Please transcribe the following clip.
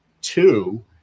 two